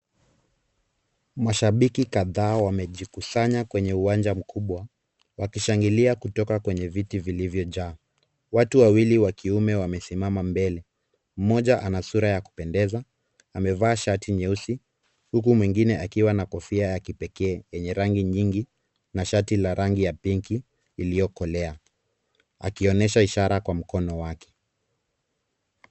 Mashabiki kadhaa wamejikusanya kwenye uwanja mkubwa, wakishangilia kutoka kwenye viti vilivyojaa. Watu wawili wa kiume wamesimama mbele. Mmoja ana sura ya kupendeza, amevaa shati nyeusi huku mwingine akiwa na kofia ya kipekee yenye rangi nyingi na shati la rangi ya pinki iliokolea, akionyesha ishara kwa mkono wake.